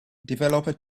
developer